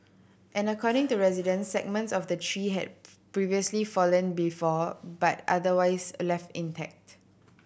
and according to residents segments of the tree had previously fallen before but otherwise left intact